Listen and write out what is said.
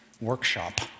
workshop